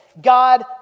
God